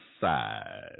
side